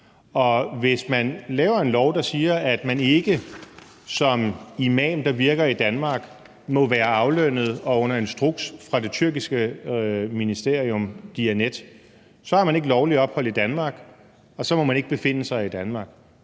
Og hvis man laver en lov, der siger, at man ikke som imam, der virker i Danmark, må være aflønnet af og under instruks fra det tyrkiske ministerium Diyanet, så har man ikke lovligt ophold i Danmark, og så må man ikke befinde sig i Danmark.